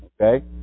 okay